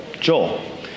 Joel